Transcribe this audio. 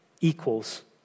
equals